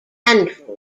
andrew